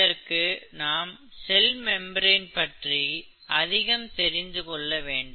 இதற்கு நாம் cell membrane பற்றி அதிகம் தெரிந்துகொள்ள வேண்டும்